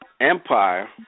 Empire